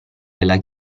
della